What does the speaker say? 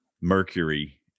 mercury